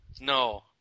No